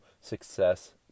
success